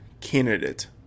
candidate